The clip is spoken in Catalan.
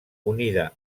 unida